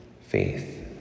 faith